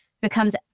becomes